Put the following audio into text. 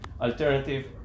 alternative